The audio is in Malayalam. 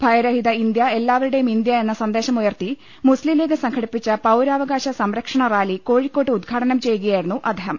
ഭയരഹിത ഇന്ത്യ എല്ലാവരുടെയും ഇന്ത്യ എന്ന സന്ദേശം ഉയർത്തി മുസ്ലിം ലീഗ് സംഘടിപ്പിച്ച പൌരാവകാശ സംരക്ഷണറാലി കോഴിക്കോട്ട് ഉദ്ഘാടനം ചെയ്യുകയായിരുന്നു അദ്ദേഹം